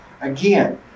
Again